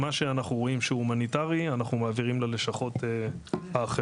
מה שאנחנו רואים שהוא הומניטרי אנחנו מעבירים ללשכות האחרות,